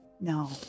No